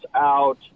out